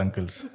uncles